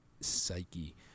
psyche